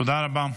תודה רבה.